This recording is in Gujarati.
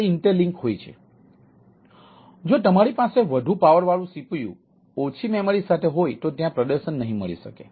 તેથી જો તમારી પાસે વધુ પાવર વાળું CPU ઓછી મેમરી સાથે હોય તો ત્યાં પ્રદર્શન નહીં મળી શકે